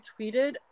tweeted